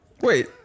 Wait